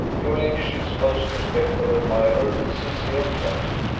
your ladyship's most respectful admirer, and sincere friend,